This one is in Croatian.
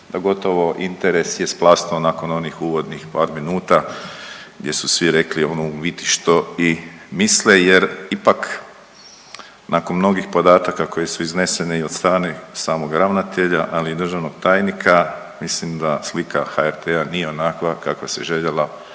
pa gotovo interes je splasnuo nakon onih uvodnih par minuta gdje su svi rekli ono u biti što i misle jer ipak nakon mnogih podataka koji su izneseni i od strane samog ravnatelja, ali i državnog tajnika mislim da slika HRT-a nije onakva kakva se željela